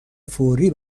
فوری